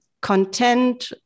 content